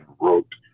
wrote